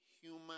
human